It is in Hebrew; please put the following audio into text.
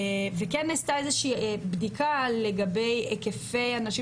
וכן נעשתה איזו שהיא בדיקה לגבי היקפי הנשים